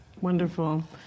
Wonderful